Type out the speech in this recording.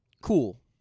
Cool